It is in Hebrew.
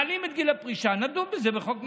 מעלים את גיל הפרישה, נדון בזה בחוק נפרד.